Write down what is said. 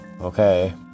okay